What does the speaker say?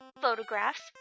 photographs